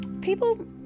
people